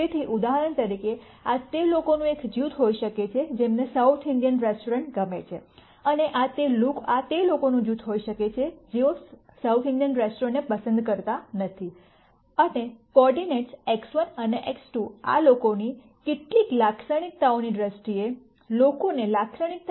તેથી ઉદાહરણ તરીકે આ તે લોકોનું એક જૂથ હોઈ શકે છે જેમને સાઉથ ઇન્ડિયન રેસ્ટોરાં ગમે છે અને આ તે લોકોનું જૂથ હોઈ શકે છે જેઓ સાઉથ ઇન્ડિયન રેસ્ટોરાંને પસંદ નથી કરતા અને કોઓર્ડિનેટ્સ X1 અને x2 આ લોકોની કેટલીક લાક્ષણિકતાઓની દ્રષ્ટિએ લોકોને લાક્ષણિકતા આપવાની કોઈ રીત હોઈ શકે છે